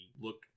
look